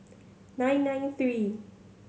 nine nine three